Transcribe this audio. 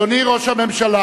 אדוני ראש הממשלה,